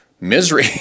misery